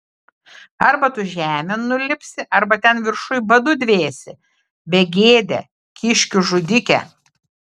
arba tu žemėn nulipsi arba ten viršuj badu dvėsi begėde kiškių žudike